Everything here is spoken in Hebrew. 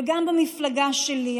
וגם במפלגה שלי,